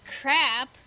crap